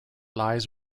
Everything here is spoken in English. lies